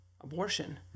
abortion